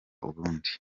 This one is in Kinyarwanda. ubundi